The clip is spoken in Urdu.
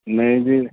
نہیں جی